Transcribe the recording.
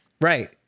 Right